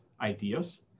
ideas